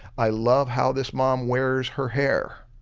i love how this mom wears her hair,